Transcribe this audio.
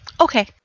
Okay